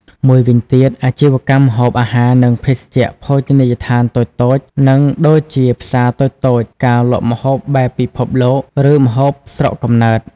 មួយវិញទៀត អាជីវកម្មម្ហូបអាហារ និងភេសជ្ជៈភោជនីយដ្ឋានតូចៗ និងដូចជាផ្សារតូចៗ ការលក់ម្ហូបបែបពិភពលោក ឬម្ហូបស្រុកកំណើត។